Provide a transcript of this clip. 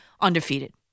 undefeated